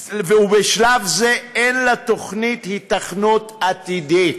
ובשלב זה אין לתוכנית היתכנות עתידית.